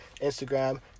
Instagram